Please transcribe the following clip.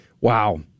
Wow